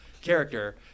character